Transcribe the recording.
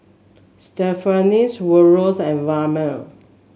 Stephany Woodrow and Vilma